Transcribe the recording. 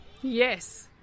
Yes